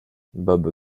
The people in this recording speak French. bob